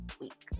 week